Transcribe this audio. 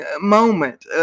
moment